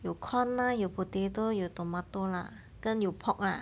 有 corn ah 有 potato 有 tomato lah 跟有 pork lah